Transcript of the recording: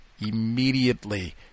immediately